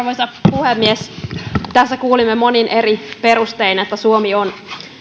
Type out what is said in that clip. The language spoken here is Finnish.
puhemies tässä kuulimme monin eri perustein että suomi on